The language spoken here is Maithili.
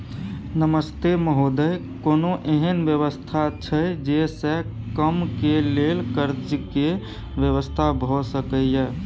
नमस्ते महोदय, कोनो एहन व्यवस्था छै जे से कम के लेल कर्ज के व्यवस्था भ सके ये?